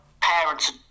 parents